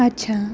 अच्छा